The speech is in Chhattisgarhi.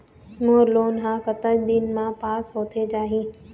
मोर लोन हा कतक दिन मा पास होथे जाही?